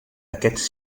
aquests